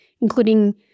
including